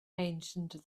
ancient